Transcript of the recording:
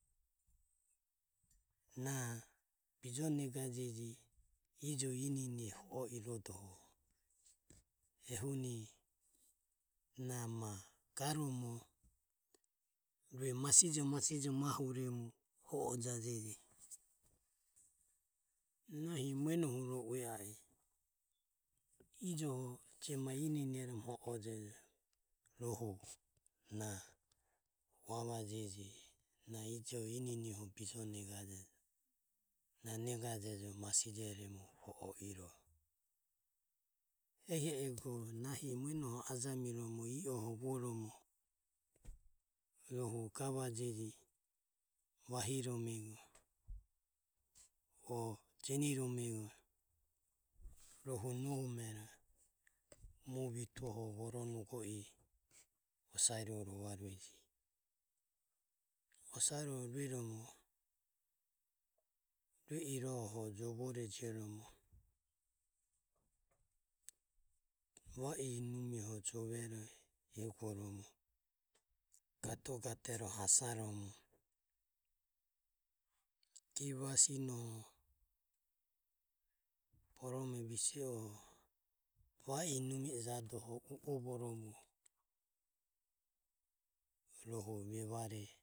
Na bijo negajeje ijo inenoho ho o irodoho ehuni ma garomo rue masijo masijo mahuremu ho o jaje ge nahi mueno huro ue a e ijoho je ma ininioho ho ojejo rohu na ua va jege na ijo ininoho bijone ga jejo na nega jejo masije remu ho o iro ehi ego nahi muenoho ajamiromo ioho vuoromo rohu gavajege vahi romego o jeniromego rohu nomero muoho vituoho voronugo iro osaero rovarueje. osare rueromo rue iroho jovo re jioromo va inumiho jove eguoromo gatogatero hasaromo giva sinoho borome bise oho va inumie jadoho e uovoromo rohu rovarueje.